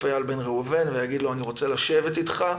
איל בן ראובן ויגיד לו: אני רוצה לשבת איתך,